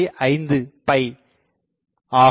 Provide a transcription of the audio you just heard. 5 ஆகும்